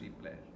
player